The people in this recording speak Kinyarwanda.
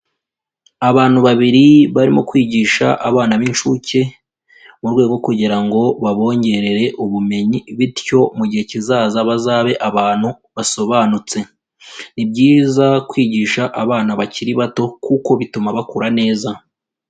Abantu babiri barimo kwigisha abana b'incuke, mu rwego kugira ngo babongerere ubumenyi bityo mu gihe kizaza bazabe abantu basobanutse. Ni byiza kwigisha abana bakiri bato kuko bituma bakura neza.